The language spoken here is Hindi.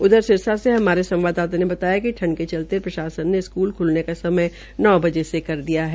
उधर सिरसा से हमारे संवाददाता ने बताया कि ठंड के चलते प्रशासन ने स्कूल ख्लने का समय नौ बजे से कर दिया है